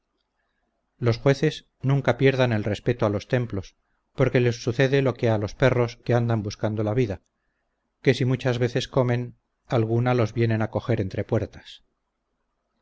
los jueces nunca pierdan el respeto a los templos porque les sucede lo que a los perros que andan buscando la vida que si muchas veces comen alguna los vienen a coger entre puertas